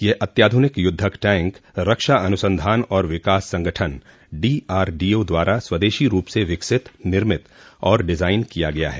यह अत्याधुनिक युद्धक टैंक रक्षा अनुसंधान और विकास संगठन डीआरडीओ द्वारा स्वदेशी रूप से विकासित निर्मित और डिजाइन किया गया है